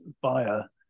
buyer